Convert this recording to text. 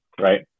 right